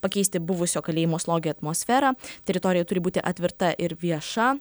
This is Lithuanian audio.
pakeisti buvusio kalėjimo slogią atmosferą teritorija turi būti atverta ir vieša